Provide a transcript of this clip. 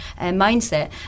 mindset